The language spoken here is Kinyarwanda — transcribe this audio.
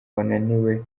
wananiwe